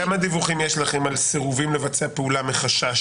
כמה דיווחים יש לכם על סירובים לבצע פעולה מחשש,